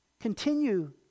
continue